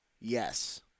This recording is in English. Yes